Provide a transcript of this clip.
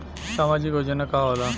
सामाजिक योजना का होला?